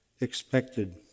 expected